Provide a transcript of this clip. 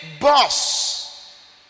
boss